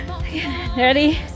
Ready